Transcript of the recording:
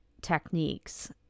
techniques